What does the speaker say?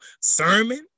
sermon